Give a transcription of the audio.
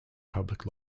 public